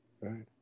Right